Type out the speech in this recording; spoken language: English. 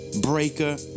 Breaker